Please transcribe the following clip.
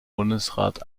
bundesrat